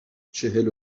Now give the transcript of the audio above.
چهل